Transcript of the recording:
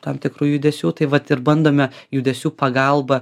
tam tikrų judesių tai vat ir bandome judesių pagalba